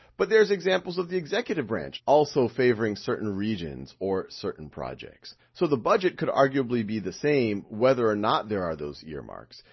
but there's examples of the executive branch also favoring certain regions or certain projects. so the budget could arguably be the same whether or not there are those earmarks.